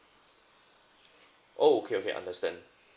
oh okay okay understand